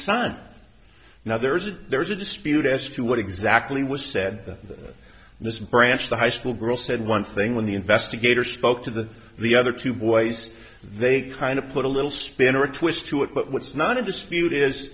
son now there's a there's a dispute as to what exactly was said and this branch the high school girl said one thing when the investigator spoke to the the other two boys they kind of put a little spin or a twist to it but what's not in dispute is